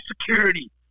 security